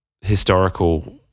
historical